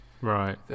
Right